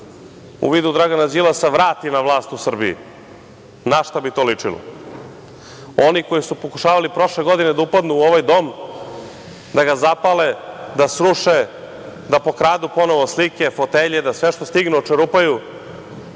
u vidu Dragana Đilasa vrati na vlast u Srbiji, na šta bi to ličilo. Oni koji su pokušavali prošle godine da upadnu u ovaj dom, da ga zapale, da sruše, da pokradu ponovo slike, da sve što stignu očerupaju,